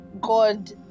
god